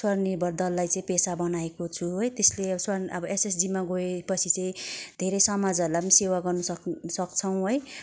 स्वनिर्भर दललाई चाहिँ पेसा बनाएको छु है त्यसले अब एसएचजीमा गए पछि चाहिँ धेरै समाजहरूलाई पनि सेवा गर्न सक्नु सक्छौँ है